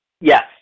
Yes